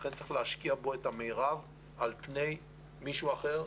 לכן צריך להשקיע בו את המרב על פני מישהו אחר.